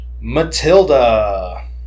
Matilda